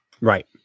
Right